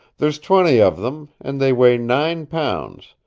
there's twenty of them, and they weigh nine pounds,